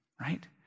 Right